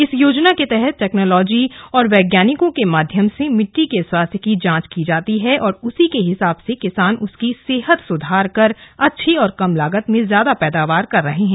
इस योजना के तहत टैक्नॉलाजी और वैज्ञानिकों के माध्यम से मिट्टी के स्वास्थय की जांच की जाती है और उसी के हिसाब से किसान उसकी सेहत सुधार कर अच्छी और कम लागत में ज्यादा पैदावार कर रहे हैं